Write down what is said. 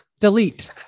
delete